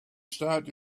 start